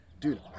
Dude